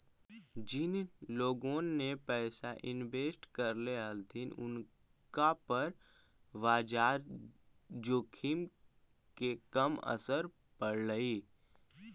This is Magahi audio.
जिन लोगोन ने पैसा इन्वेस्ट करले हलथिन उनका पर बाजार जोखिम के कम असर पड़लई